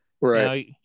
Right